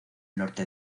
norte